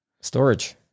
Storage